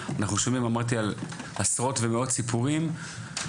אנחנו שומעים על עשרות סיפורים כאלה,